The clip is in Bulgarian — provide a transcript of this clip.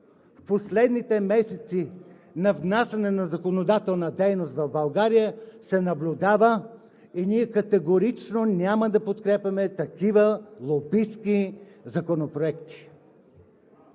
в последните месеци – на внасяне на законодателна дейност в България, се наблюдава и ние категорично няма да подкрепяме такива лобистки законопроекти.